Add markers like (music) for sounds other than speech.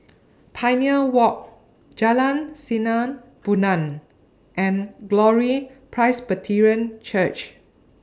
(noise) Pioneer Walk Jalan Sinar Bulan and Glory Presbyterian Church